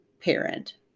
parent